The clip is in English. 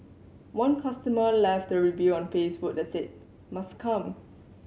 one customer left a review on Facebook that said must come